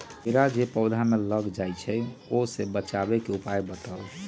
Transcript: भेरा जे पौधा में लग जाइछई ओ से बचाबे के उपाय बताऊँ?